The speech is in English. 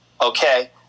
okay